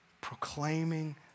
proclaiming